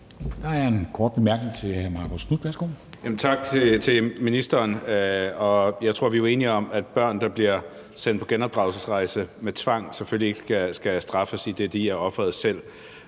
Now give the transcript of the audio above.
Værsgo. Kl. 10:53 Marcus Knuth (KF): Tak til ministeren. Jeg tror jo, vi er enige om, at børn, der bliver sendt på genopdragelsesrejse med tvang, selvfølgelig ikke skal straffes, idet de selv